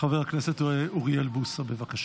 חבר הכנסת אוריאל בוסו, בבקשה.